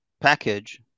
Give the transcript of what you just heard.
package